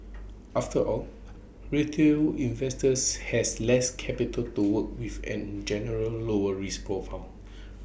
after all retail investors has less capital do work with and in general lower risk profile